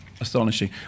Astonishing